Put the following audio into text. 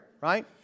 right